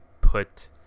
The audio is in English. put